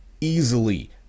easily